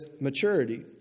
maturity